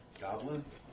Goblins